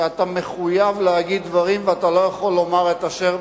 שאתה מחויב להגיד דברים ואתה לא יכול לומר את אשר,